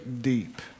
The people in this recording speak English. deep